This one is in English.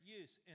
use